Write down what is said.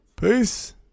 Peace